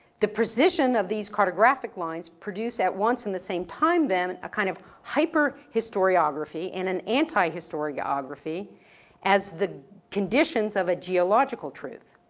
the position of these cartographic lines produce at once in the same time then a kind of hyper historiography and an anti-historiography as the conditions of a geological truth.